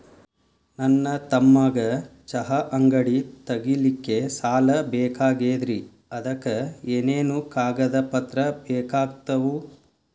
ನನ್ನ ತಮ್ಮಗ ಚಹಾ ಅಂಗಡಿ ತಗಿಲಿಕ್ಕೆ ಸಾಲ ಬೇಕಾಗೆದ್ರಿ ಅದಕ ಏನೇನು ಕಾಗದ ಪತ್ರ ಬೇಕಾಗ್ತವು?